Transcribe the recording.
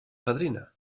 fadrina